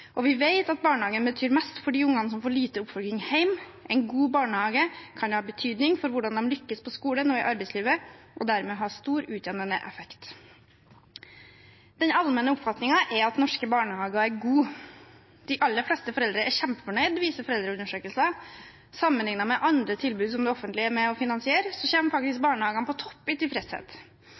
Vi vet at barnehagen betyr mest for de ungene som får lite oppfølging hjemme – en god barnehage kan ha betydning for hvordan de lykkes på skolen og i arbeidslivet, og dermed ha stor utjevnende effekt. Den allmenne oppfatningen er at norske barnehager er gode. De aller fleste foreldre er kjempefornøyd, viser foreldreundersøkelser. Sammenliknet med andre tilbud som det offentlige er med og finansierer, kommer faktisk barnehagene på topp i tilfredshet.